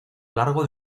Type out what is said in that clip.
largo